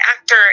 actor